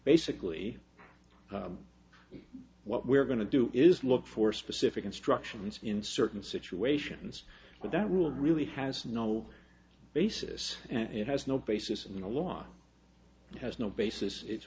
basically what we're going to do is look for specific instructions in certain situations but that rule really has no basis and it has no basis in the law has no basis it's